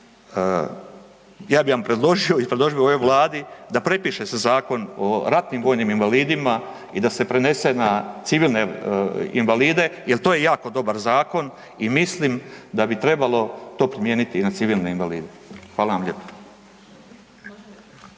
ja bi vam predložio i predložio bi ovoj Vladi da prepiše se zakon o ratnim vojnim invalidima i da se prenese na civilne invalide jer to je jako dobar zakon i mislim da bi to trebalo primijeniti i na civilne invalide. **Radin, Furio